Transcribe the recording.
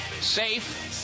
safe